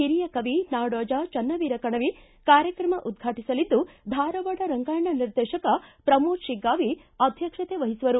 ಹಿರಿಯ ಕವಿ ನಾಡೋಜ ಚನ್ನವೀರ ಕಣವಿ ಕಾರ್ಯಕ್ರಮ ಉದ್ಘಾಟಿಸಲಿದ್ದು ಧಾರವಾಡ ರಂಗಾಯಣ ನಿರ್ದೇಶಕ ಪ್ರಮೋದ ಶಿಗ್ಗಾವಿ ಅಧ್ಯಕ್ಷತೆವಹಿಸುವರು